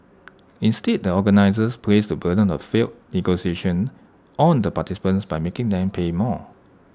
instead the organisers placed the burden of the failed negotiations on the participants by making them pay more